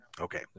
okay